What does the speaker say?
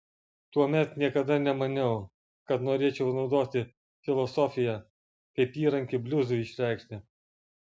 tuomet niekada nemaniau kad norėčiau naudoti filosofiją kaip įrankį bliuzui išreikšti